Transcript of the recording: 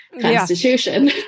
constitution